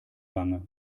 wange